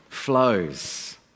flows